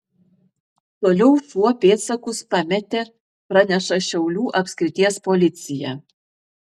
toliau šuo pėdsakus pametė praneša šiaulių apskrities policija